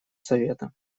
совета